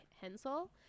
hensel